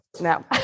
no